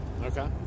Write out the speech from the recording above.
Okay